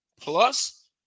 Plus